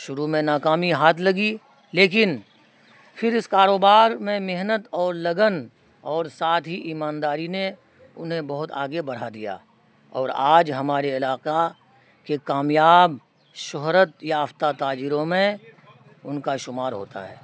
شروع میں ناکامی ہاتھ لگی لیکن پھر اس کاروبار میں محنت اور لگن اور ساتھ ہی ایمانداری نے انہیں بہت آگے بڑھا دیا اور آج ہمارے علاقہ کے کامیاب شہرت یافتہ تاجروں میں ان کا شمار ہوتا ہے